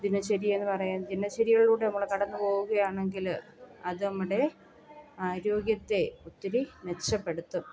ദിനചര്യ എന്ന് പറയാൻ ദിനചര്യകളിലൂടെ നമ്മൾ കടന്ന് പോവുകയാണെങ്കിൽ അത് നമ്മുടെ ആരോഗ്യത്തെ ഒത്തിരി മെച്ചപ്പെടുത്തും